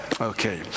Okay